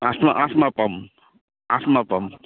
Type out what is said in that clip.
আঠমাহ আঠমাহ পাম আঠমাহ পাম